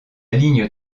ligne